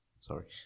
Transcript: sorry